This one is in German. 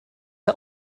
der